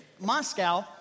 Moscow